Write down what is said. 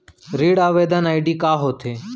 ऋण आवेदन आई.डी का होत हे?